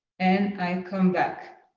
and come back.